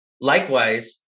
likewise